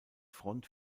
front